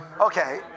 Okay